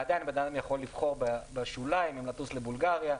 ועדין אדם יכול לבחור בשוליים אם לטוס לבולגריה,